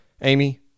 Amy